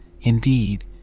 indeed